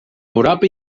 europa